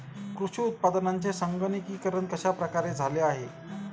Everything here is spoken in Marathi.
कृषी उत्पादनांचे संगणकीकरण कश्या प्रकारे झाले आहे?